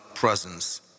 Presence